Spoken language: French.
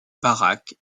baraques